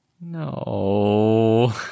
No